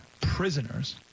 prisoners